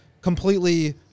completely